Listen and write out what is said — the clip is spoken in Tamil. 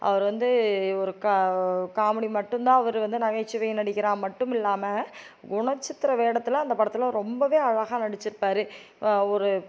அவர் வந்து ஒரு கா காமெடி மட்டும் தான் அவர் வந்து நகைச்சுவை நடிகராக மட்டும் இல்லாமல் குணச்சித்திர வேடத்தில் அந்த படத்தில் ரொம்பவே அழகாக நடிச்சிருப்பாரு ஒரு